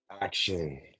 action